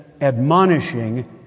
admonishing